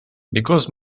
because